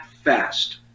fast